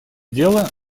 дело